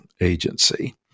agency